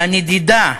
לנדידה